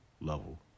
level